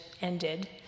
ended